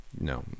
No